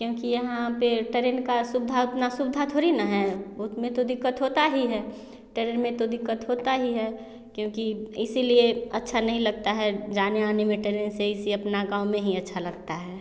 क्योंकि यहाँ पे टरेन का सुविधा उतना सुविधा थोड़ी ना है उतमें तो दिक़्क़त होता ही है टेरेन में तो दिक़्क़त होता ही है क्योंकि इसीलिए अच्छा नहीं लगता है जाने आने में टेरेन से इसी अपना गाँव में ही अच्छा लगता है